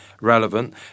relevant